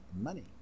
money